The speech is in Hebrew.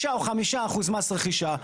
6 או 5 אחוזי מס רכישה,